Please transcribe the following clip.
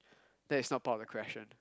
that is not part of the question